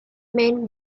man